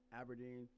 Aberdeen